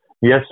Yes